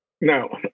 No